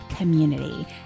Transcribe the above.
community